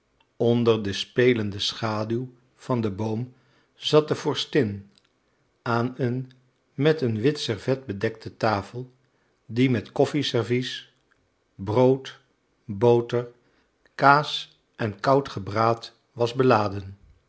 onder de spelende schaduw van den boom zat de vorstin aan een met een wit servet bedekte tafel die met koffieservies brood boter kaas en koud gebraad was beladen